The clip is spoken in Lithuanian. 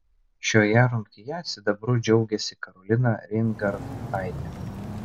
šioje rungtyje sidabru džiaugėsi karolina reingardtaitė